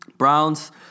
Browns